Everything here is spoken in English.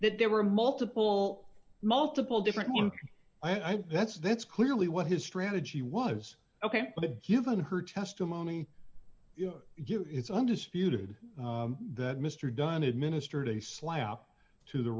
that there were multiple multiple different and i think that's that's clearly what his strategy was ok but given her testimony it's undisputed that mr dunn administered a slap to the